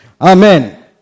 Amen